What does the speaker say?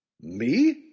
Me